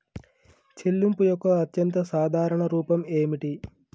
చెల్లింపు యొక్క అత్యంత సాధారణ రూపం ఏమిటి?